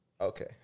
okay